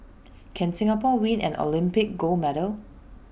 can Singapore win an Olympic gold medal